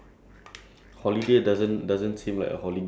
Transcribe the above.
but it will be boring like after a few